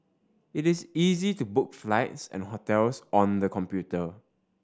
it is easy to book flights and hotels on the computer